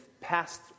past